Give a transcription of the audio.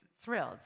thrilled